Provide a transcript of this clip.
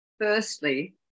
Firstly